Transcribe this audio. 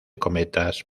cometas